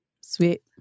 Sweet